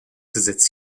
gesetz